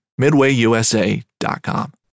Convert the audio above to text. MidwayUSA.com